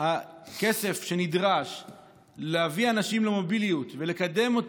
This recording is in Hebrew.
הכסף שנדרש להביא אנשים למוביליות ולקדם את